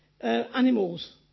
animals